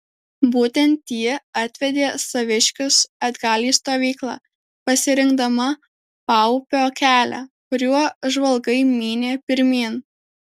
būtent ji atvedė saviškius atgal į stovyklą pasirinkdama paupio kelią kuriuo žvalgai mynė pirmyn